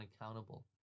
accountable